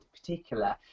particular